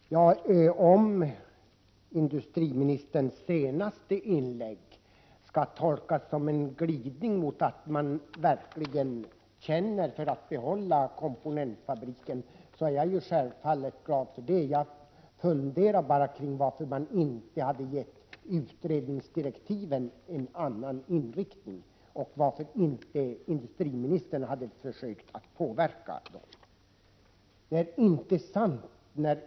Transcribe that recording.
Fru talman! Om industriministerns senaste inlägg skall tolkas som en glidning mot att man verkligen känner för att behålla komponentfabriken, är jag självfallet glad för det. Jag funderar bara över varför man inte hade gett utredningsdirektiven en annan inriktning och varför industriministern inte 43 hade försökt att påverka dem.